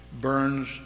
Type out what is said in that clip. burns